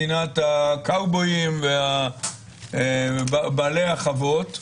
מדינת הקאובויים ובעלי החוות,